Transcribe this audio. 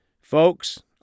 Folks